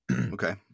Okay